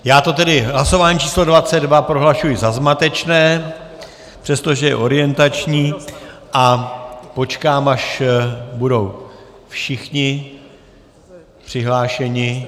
Já tedy hlasování číslo 22 prohlašuji za zmatečné, přestože je orientační, a počkám, až budou všichni přihlášeni.